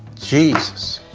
jesus,